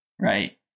Right